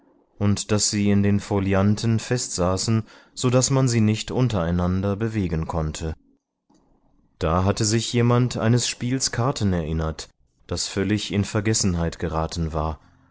und daß sie in den folianten festsaßen so daß man sie nicht untereinander bewegen konnte da hatte sich jemand eines spiels karten erinnert das völlig in vergessenheit geraten war